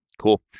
Cool